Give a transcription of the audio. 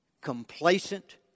complacent